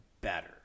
better